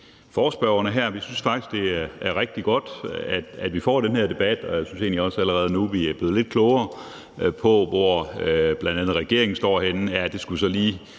forespørgerne her. Vi synes faktisk, det er rigtig godt, at vi får den her debat, og jeg synes egentlig også, at vi allerede nu er blevet lidt klogere på, hvor bl.a. regeringen står. Eller det er vi